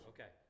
Okay